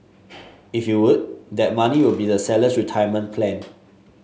if you would that money will be the seller's retirement plan